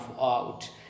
out